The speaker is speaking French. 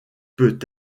peut